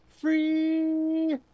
free